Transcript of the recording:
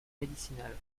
médicinales